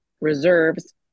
reserves